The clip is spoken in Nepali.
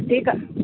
त्यही त